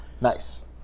Nice